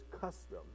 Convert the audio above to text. custom